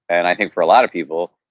and i think for a lot of people,